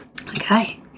Okay